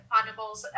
animals